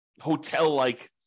hotel-like